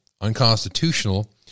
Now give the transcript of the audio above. unconstitutional